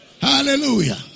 Hallelujah